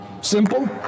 Simple